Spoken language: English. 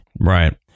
Right